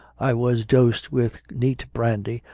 i was dosed with neat brandy,